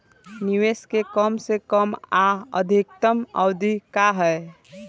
निवेश के कम से कम आ अधिकतम अवधि का है?